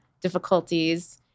difficulties